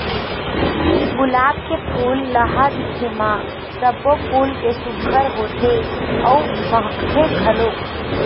गुलाब के फूल ल ह दिखे म सब्बो फूल ले सुग्घर होथे अउ महकथे घलोक